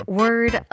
word